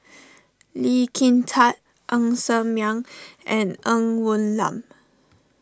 Lee Kin Tat Ng Ser Miang and Ng Woon Lam